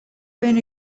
bin